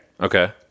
Okay